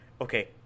Okay